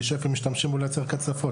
כי משתמשים בו לייצר קצפות,